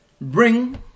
Bring